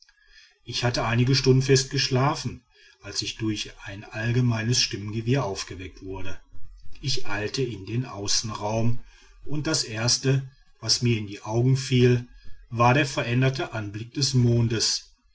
ich hatte einige stunden fest geschlafen als ich durch ein allgemeines stimmengewirr aufgeweckt wurde ich eilte in den außenraum und das erste was mir in die augen fiel war der veränderte anblick des mondes